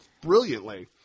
brilliantly